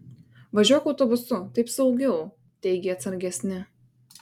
važiuok autobusu taip saugiau teigė atsargesni